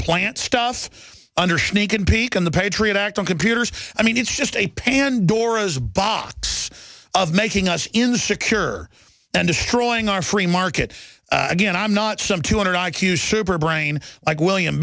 plant stuff under sneak and peek in the patriot act on computers i mean it's just a pandora's box of making us in the secure and destroying our free market again i'm not some two hundred i q ship or brain like william